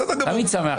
בסדר גמור,